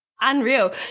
unreal